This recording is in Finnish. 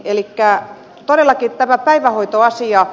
elikkä todellakin tämä päivähoitoasia